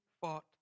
fought